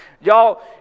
Y'all